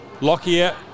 Lockyer